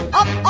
up